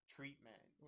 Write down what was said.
treatment